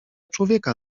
człowieka